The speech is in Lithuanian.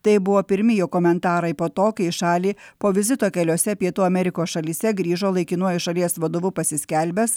tai buvo pirmi jo komentarai po to kai į šalį po vizito keliose pietų amerikos šalyse grįžo laikinuoju šalies vadovu pasiskelbęs